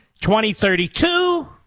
2032